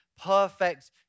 perfect